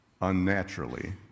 unnaturally